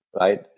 right